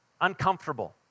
uncomfortable